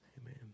Amen